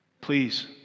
Please